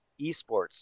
eSports